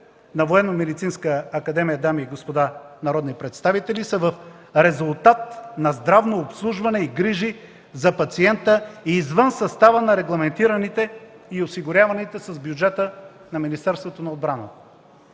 на Военномедицинска академия, дами и господа народни представители, са в резултат на здравно обслужване и грижи за пациента извън състава на регламентираните и осигуряваните с бюджета на Министерството на отбраната.